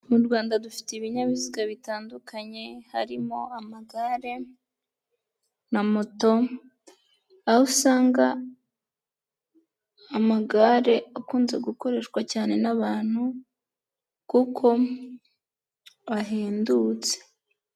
Mu Rwanda dufite ibinyabiziga bitandukanye harimo amagare na moto, aho usanga amagare akunze gukoreshwa cyane n'abantu kuko ahendutse.